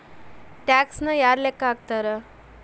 ಟ್ಯಾಕ್ಸನ್ನ ಯಾರ್ ಲೆಕ್ಕಾ ಹಾಕ್ತಾರ?